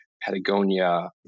Patagonia